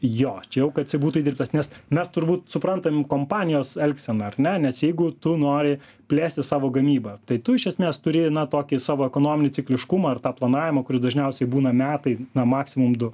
jo čia jau kad jisai būtų įdirbtas nes mes turbūt suprantam kompanijos elgseną ar ne nes jeigu tu nori plėsti savo gamybą tai tu iš esmės turi na tokį savo ekonominį cikliškumą ir tą planavimą kuris dažniausiai būna metai na maksimum du